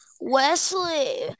Wesley